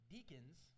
Deacons